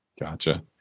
Gotcha